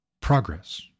progress